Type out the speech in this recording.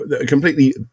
completely